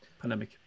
pandemic